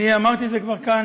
כבר אמרתי את זה כאן: